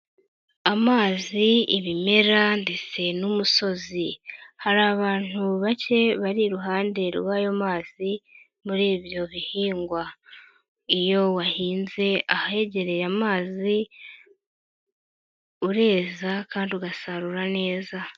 Amazi, ibimera ndetse n'umusozi. Hari abantu bake bari iruhande rw'ayo mazi muri ibyo bihingwa. Iyo wahinze ahahegereye amazi, ureza kandi ugasarura neza.